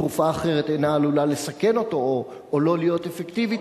תרופה אחרת אינה עלולה לסכן אותו או לא להיות אפקטיבית.